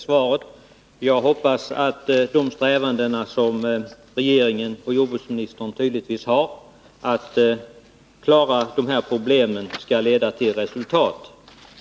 Herr talman! Jag vill tacka jordbruksministern för det svaret. Jag hoppas att regeringens och jordbruksministerns tydliga strävanden att klara det här problemet skall leda till resultat.